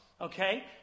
okay